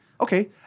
okay